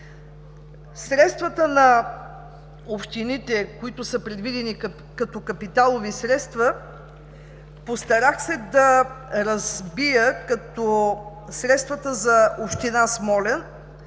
средствата на общините, които са предвидени като капиталови средства, постарах се да разбия средствата – ако за община Смолян